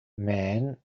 man